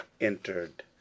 entered